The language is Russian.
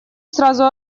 сразу